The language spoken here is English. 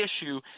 issue